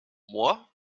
moi